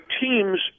teams